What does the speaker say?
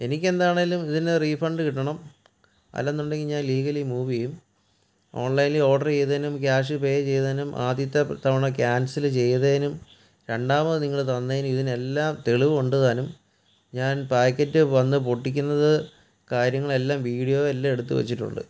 എനിക്കെന്താണേലും ഇതിൻ്റെ റീഫണ്ട് കിട്ടണം അല്ലാന്നുണ്ടെങ്കിൽ ഞാൻ ലീഗലി മൂവ് ചെയ്യും ഓൺലൈനിൽ ഓർഡർ ചെയ്തതിനും ക്യാഷ് പെ ചെയ്തതിനും ആദ്യത്തെ തവണ ക്യാൻസൽ ചെയ്തതിനും രണ്ടാമത് നിങ്ങൾ തന്നതിനും ഇതിനും എല്ലാം തെളിവുണ്ട് താനും ഞാൻ പാക്കറ്റ് വന്നു പൊട്ടിക്കുന്നത് കാര്യങ്ങളെല്ലാം വീഡീയോ എല്ലാം എടുത്ത് വെച്ചിട്ടുണ്ട്